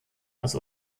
als